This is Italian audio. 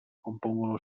compongono